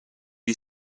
you